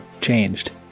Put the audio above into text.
changed